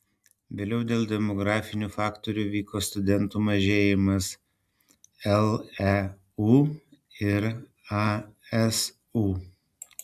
vėliau dėl demografinių faktorių vyko studentų mažėjimas leu ir asu